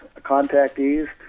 contactees